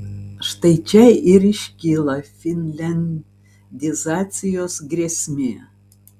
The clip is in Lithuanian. štai čia ir iškyla finliandizacijos grėsmė